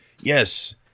Yes